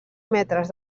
metres